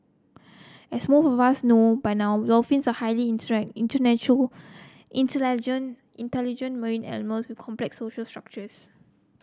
as most of us know by now dolphins are highly internet intelligent marine animals with complex social structures